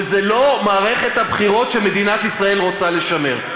וזו לא מערכת הבחירות שמדינת ישראל רוצה לשמר.